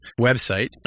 website